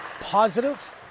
positive